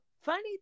funny